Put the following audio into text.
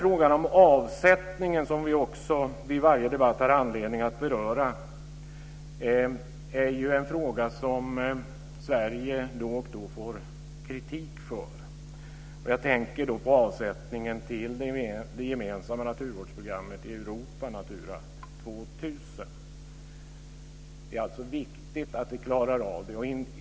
Frågan om avsättningen, som vi vid varje debatt har anledning att beröra, är en fråga som Sverige då och då får kritik för. Jag tänker på avsättningen till det gemensamma naturvårdsprogrammet i Europa, Natura 2000. Det är alltså viktigt att vi klarar av det.